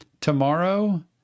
tomorrow